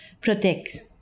protect